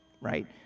right